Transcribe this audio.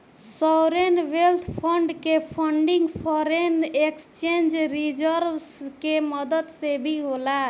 sovereign wealth fund के funding foreign exchange reserves के मदद से भी होला